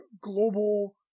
global